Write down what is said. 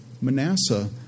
Manasseh